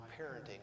parenting